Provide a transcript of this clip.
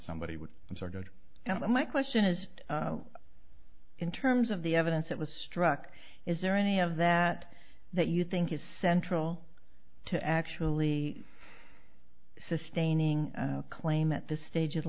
somebody would answer good and my question is in terms of the evidence that was struck is there any of that that you think is central to actually sustaining a claim at this stage of